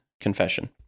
confession